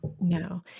No